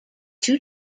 two